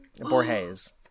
Borges